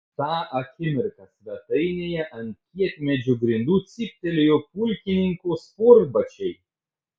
tą akimirką svetainėje ant kietmedžio grindų cyptelėjo pulkininko sportbačiai